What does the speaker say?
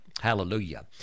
Hallelujah